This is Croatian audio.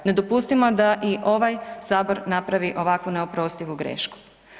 Ne dopustimo da i ovaj Sabor napravi ovakvu neoprostivu grešku.